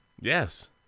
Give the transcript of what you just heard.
Yes